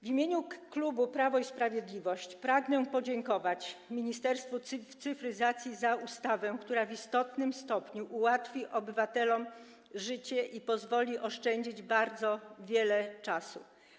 W imieniu klubu Prawo i Sprawiedliwość pragnę podziękować Ministerstwu Cyfryzacji za ustawę, która w istotnym stopniu ułatwi obywatelom życie i pozwoli oszczędzić bardzo wiele czasu.